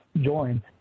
join